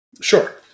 Sure